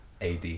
AD